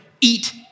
eat